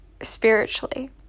spiritually